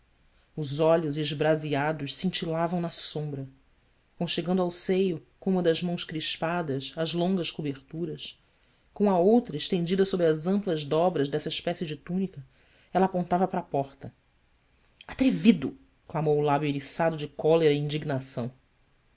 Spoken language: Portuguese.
os olhos esbraseados cintilavam na sombra conchegando ao seio com uma das mãos crispadas as longas coberturas com a outra estendida sob as amplas dobras dessa espécie de túnica ela apontava para a porta trevido clamou o lábio eriçado de cólera e indignação